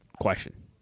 question